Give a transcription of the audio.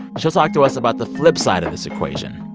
she'll talk to us about the flip side of this equation,